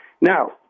Now